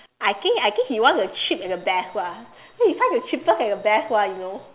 I think I think he want the cheap and the best lah no you can't have the cheapest and the best one you know